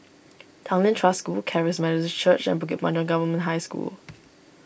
Tanglin Trust School Charis Methodist Church and Bukit Panjang Government High School